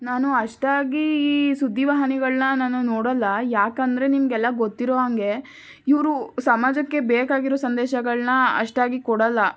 ನಾನು ಅಷ್ಟಾಗಿ ಈ ಸುದ್ದಿ ವಾಹಿನಿಗಳನ್ನ ನಾನು ನೋಡೊಲ್ಲ ಯಾಕೆಂದ್ರೆ ನಿಮಗೆಲ್ಲ ಗೊತ್ತಿರುವಾಗೆ ಇವರು ಸಮಾಜಕ್ಕೆ ಬೇಕಾಗಿರೋ ಸಂದೇಶಗಳನ್ನ ಅಷ್ಟಾಗಿ ಕೊಡಲ್ಲ